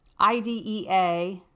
IDEA